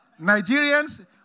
Nigerians